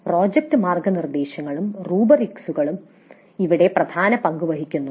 project മാർഗ്ഗനിർദ്ദേശങ്ങളും റുബ്രിക്സ്കുളും ഇവിടെ പ്രധാന പങ്ക് വഹിക്കുന്നു